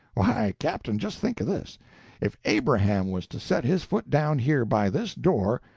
why, captain, just think of this if abraham was to set his foot down here by this door,